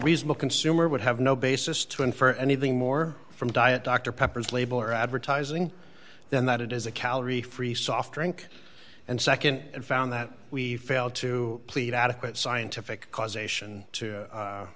reasonable consumer would have no basis to infer anything more from diet dr pepper as label or advertising than that it is a calorie free soft drink and nd and found that we failed to plead adequate scientific causation to